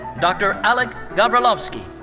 dr. alek gavrilovski.